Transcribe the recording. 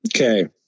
Okay